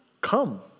come